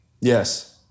Yes